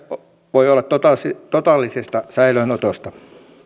voi olla totaalisesta totaalisesta säilöönotosta